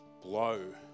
blow